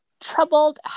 troubled